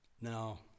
Now